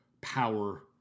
power